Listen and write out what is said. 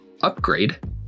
upgrade